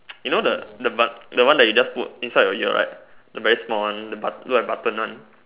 you know the the bud the one that you just put inside your ear right the very small one look like button one